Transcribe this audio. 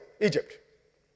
Egypt